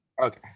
Okay